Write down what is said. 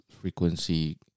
frequency